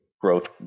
growth